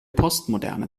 postmoderne